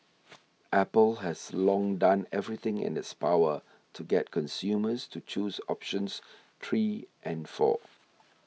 apple has long done everything in its power to get consumers to choose options three and four